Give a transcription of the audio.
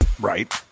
Right